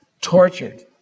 tortured